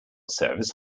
service